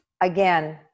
again